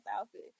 outfit